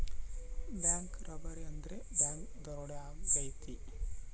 bank robbery ಅಂದ್ರೆ bank ದರೋಡೆ ಆಗೈತೆ